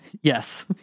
Yes